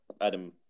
Adam